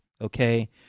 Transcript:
okay